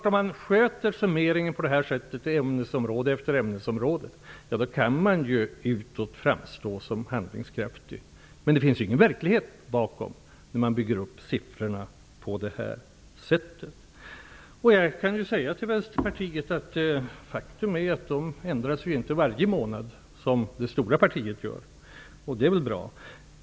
Om man gör summeringen på ämnesområde efter ämnesområde på det här sättet, kan man utåt framstå som handlingskraftig. Men det finns ingen verklighet bakom siffrorna. Jag kan säga till Vänsterpartiet att faktum är att siffrorna inte ändras varje månad, som det stora partiet gör, och det är väl bra.